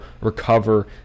recover